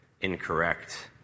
incorrect